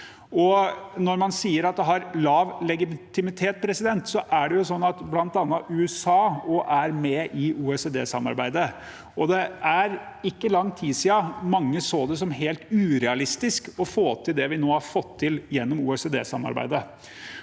Man sier at det har lav legitimitet, men bl.a. er USA også med i OECD-samarbeidet, og det er ikke lenge siden mange så det som helt urealistisk å få til det vi nå har fått til gjennom OECD-samarbeidet.